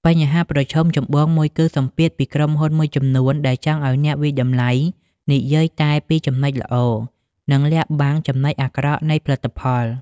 បញ្ហាប្រឈមចម្បងមួយគឺសម្ពាធពីក្រុមហ៊ុនមួយចំនួនដែលចង់ឱ្យអ្នកវាយតម្លៃនិយាយតែពីចំណុចល្អ និងលាក់បាំងចំណុចអាក្រក់នៃផលិតផល។